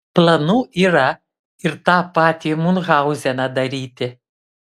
planų yra ir tą patį miunchauzeną daryti